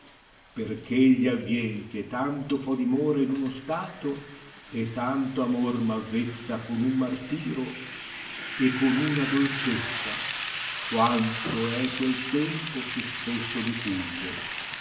aggiugne perch'egli avvien che tanto fo dimora in uno stato e tanto amor m'avvezza con un martìro e con una dolcezza quanto è quel tempo che spesso mi pugne